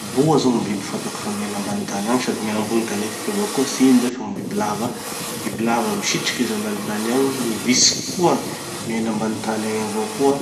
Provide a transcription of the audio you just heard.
Roa zao gny biby fatako fa miaina ambany tany agny sady miaina ambony tany etiky avao koa. Tsy ino zay fa gny bibilava. Bibilava, misitriky izy ambany tany agny. Gny vitsiky koa, miaina ambany tany agny avao koa.